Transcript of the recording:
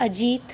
Ajit